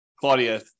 Claudia